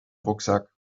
rucksack